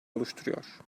oluşturuyor